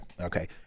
Okay